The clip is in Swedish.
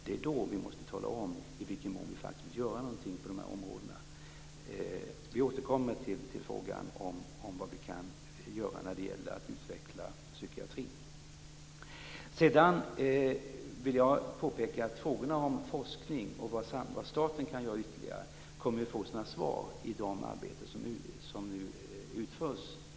Det är då vi måste tala om i vilken mån vi faktiskt vill göra någonting på de här områdena. Vi återkommer till frågan om vad vi kan göra när det gäller att utveckla psykiatrin. Sedan vill jag påpeka att frågorna om forskning och om vad staten kan göra ytterligare kommer att få sina svar i de arbeten som nu utförs.